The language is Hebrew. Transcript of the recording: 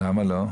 למה לא?